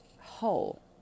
hole